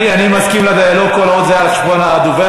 אני מסכים לדיאלוג כל עוד זה על חשבון הדובר